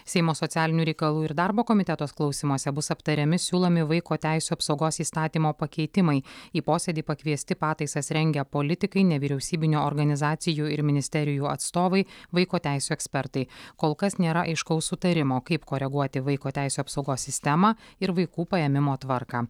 seimo socialinių reikalų ir darbo komiteto klausymuose bus aptariami siūlomi vaiko teisių apsaugos įstatymo pakeitimai į posėdį pakviesti pataisas rengę politikai nevyriausybinių organizacijų ir ministerijų atstovai vaiko teisių ekspertai kol kas nėra aiškaus sutarimo kaip koreguoti vaiko teisių apsaugos sistemą ir vaikų paėmimo tvarką